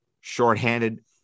shorthanded